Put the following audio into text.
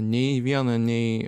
nei į vieną nei